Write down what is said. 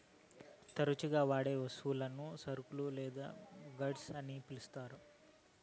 తరచుగా వాడే వస్తువులను సరుకులు లేదా గూడ్స్ అని పిలుత్తారు